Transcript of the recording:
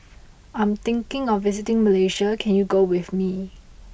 I am thinking of visiting Malaysia can you go with me